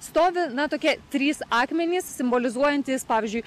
stovi na tokie trys akmenys simbolizuojantys pavyzdžiui